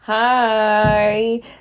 hi